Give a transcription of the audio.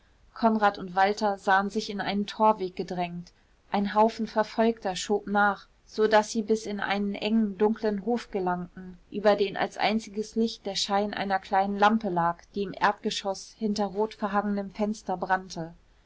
konrad und walter sahen sich in einen torweg gedrängt ein haufen verfolgter schob nach so daß sie bis in einen engen dunklen hof gelangten über den als einziges licht der schein einer kleinen lampe lag die im erdgeschoß hinter rot verhangenem fenster brannte